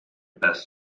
best